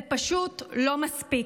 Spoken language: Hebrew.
זה פשוט לא מספיק.